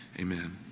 Amen